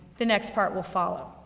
the next part will follow.